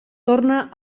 torna